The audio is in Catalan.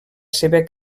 seva